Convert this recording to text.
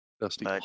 Dusty